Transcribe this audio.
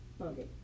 Okay